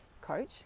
coach